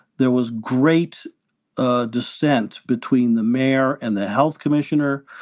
there was great ah dissent between the mayor and the health commissioner.